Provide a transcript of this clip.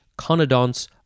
conodonts